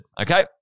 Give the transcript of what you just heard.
Okay